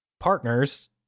partners